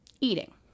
Eating